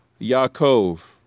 Yaakov